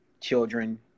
children